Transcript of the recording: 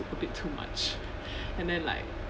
a bit too much and then like